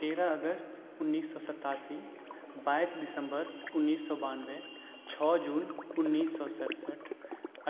तेरह अगस्त उन्नैस सए सत्तासी बाइस दिसम्बर उन्नैस सए बानबे छओ जून उन्नैस सए सठसठि